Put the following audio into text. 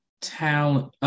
talent